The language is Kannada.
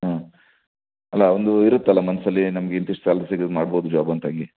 ಹಾಂ ಅಲ್ಲ ಒಂದು ಇರುತ್ತಲ್ಲ ಮನಸಲ್ಲಿ ನಮಗೆ ಇಂತಿಷ್ಟು ಸ್ಯಾಲರಿ ಸಿಕ್ಕಿದರೆ ಮಾಡಬೋದು ಜಾಬ್ ಅಂತ ಹಾಗೆ